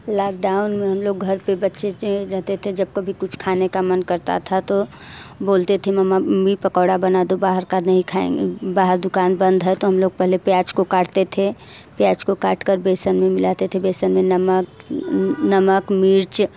lockdown में हम लोग घर पर बच्चे रहते थे जब भी कुछ खाने का मन करता था तो बोलते थे मम्मी पकौड़ा बना दो बाहर का नहीं खाएं बाहर दुकान बंद है तो हम लोग पहले प्याज़ को काटते थे प्याज़ को काट कर बेसन में मिलाते थे बेसन में नमक नमक मिर्च